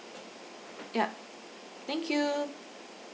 yup thank you